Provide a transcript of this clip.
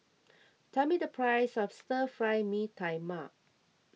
tell me the price of Stir Fry Mee Tai Mak